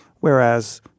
whereas